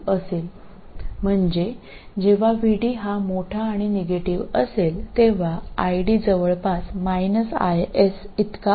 അതിനാൽ ID ഏകദേശം IS അതിനർത്ഥം VD വലുതും നെഗറ്റീവും ആയിരിക്കുമ്പോൾ ID ഇതുപോലെയായിരിക്കും എന്നാണ് ഈ നമ്പർ IS ആണ്